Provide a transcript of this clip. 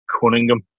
Cunningham